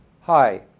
Hi